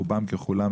רובם ככולם,